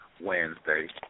Wednesday